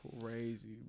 crazy